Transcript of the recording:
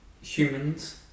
humans